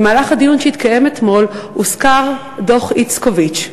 במהלך הדיון שהתקיים אתמול הוזכר דוח איצקוביץ.